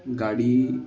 गाडी